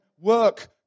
work